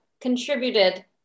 contributed